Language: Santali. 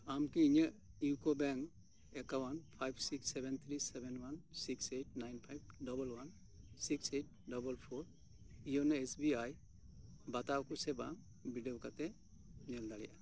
ᱟᱢ ᱠᱤ ᱤᱧᱟᱹᱜ UCO bank account five six seven three seven one six eight nine five double one six eight double four YONO S B I ᱵᱟᱛᱟᱣᱟ ᱟᱠᱚ ᱥᱮ ᱵᱟᱝ ᱵᱤᱰᱟᱹᱣ ᱠᱟᱛᱮᱫ ᱧᱮᱞ ᱫᱟᱲᱮᱭᱟᱜᱼᱟ